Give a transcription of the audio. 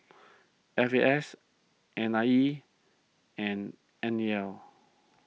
F A S N I E and N E L